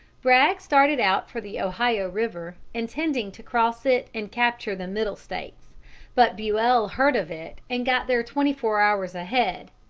bragg started out for the ohio river, intending to cross it and capture the middle states but buell heard of it and got there twenty-four hours ahead,